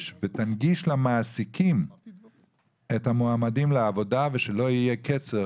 ותנגיש למעסיקים את המועמדים לעבודה ושלא יהיה קצר